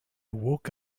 woke